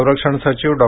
संरक्षण सचिव डॉ